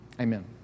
Amen